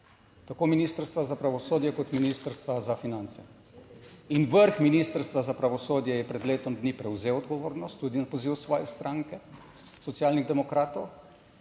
tako Ministrstva za pravosodje kot Ministrstva za finance. In vrh Ministrstva za pravosodje je pred letom dni prevzel odgovornost tudi na poziv svoje stranke Socialnih demokratov.